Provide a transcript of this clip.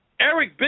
Eric